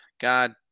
God